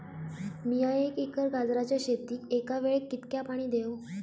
मीया एक एकर गाजराच्या शेतीक एका वेळेक कितक्या पाणी देव?